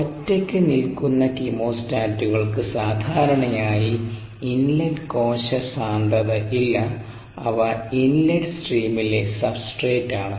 ഒറ്റയ്ക്ക് നിൽക്കുന്ന കീമോസ്റ്റാറ്റുകൾക്ക് സാധാരണയായി ഇൻലെറ്റ് കോശ സാന്ദ്രത ഇല്ല അവ ഇൻലെറ്റ് സ്ട്രീമിലെ സബ്സ്ട്രേറ്റ് ആണ്